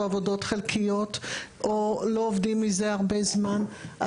עבודות חלקיות או לא עובדים מזה הרבה זמן?